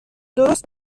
درست